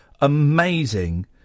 amazing